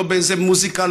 לא באיזו מוזיקה,